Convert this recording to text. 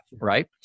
right